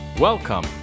Welcome